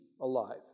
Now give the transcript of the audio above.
alive